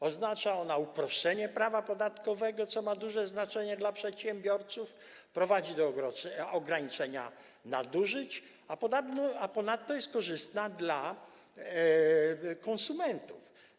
Oznacza ona uproszczenie prawa podatkowego, co ma duże znaczenie dla przedsiębiorców, prowadzi do ograniczenia nadużyć, a ponadto jest korzystna dla konsumentów.